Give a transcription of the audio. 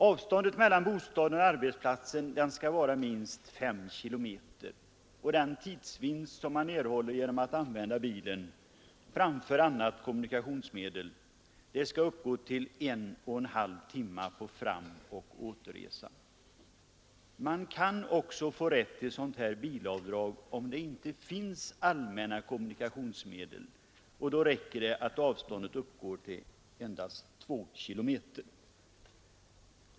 Avståndet mellan bostaden och arbetsplatsen skall vara minst 5 kilometer, och den tidsvinst man erhåller genom att använda bilen framför annat kommunikationsmedel skall uppgå till en och en halv timme på framoch återresa. Man kan också få rätt till bilavdrag om det inte finns allmänna kommunikationsmedel, och då räcker det att avståndet uppgår till endast 2 kilometer.